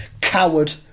coward